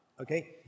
Okay